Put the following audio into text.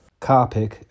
Carpick